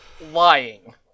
lying